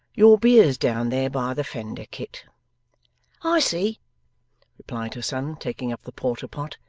your beer's down there by the fender, kit i see replied her son, taking up the porter pot,